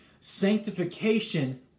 Sanctification